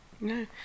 No